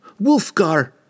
Wolfgar